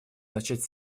начать